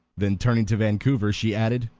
then turning to vancouver, she added,